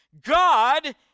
God